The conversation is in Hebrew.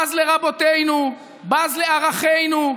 בז לרבותינו, בז לערכינו,